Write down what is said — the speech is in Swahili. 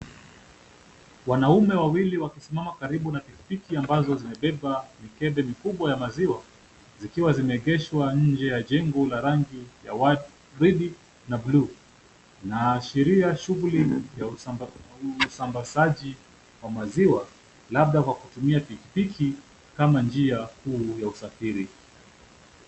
Wanaume wawili wakisimama karibu na pikipiki ambazo zimebeba mikebe mikubwa ya maziwa, zikiwa zimeegeshwa nje ya jengo la rangi ya waridi na buluu. Inaashiria shughuli ya usambazaji wa maziwa, labda kwa kutumia pikipiki kama njia kuu ya usafiri.